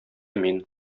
мин